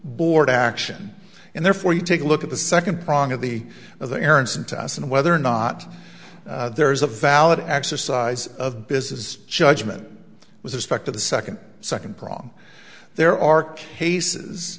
board action and therefore you take a look at the second prong of the of the aaronson to us and whether or not there is a valid exercise of business judgment was respect to the second second prong there are cases